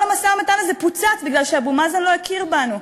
כל המשא-ומתן הזה פוצץ מפני שאבו מאזן לא הכיר בנו,